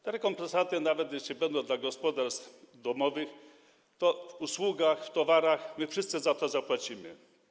Te rekompensaty, nawet jeśli będą dla gospodarstw domowych, to w usługach, w towarach my wszyscy za to zapłacimy.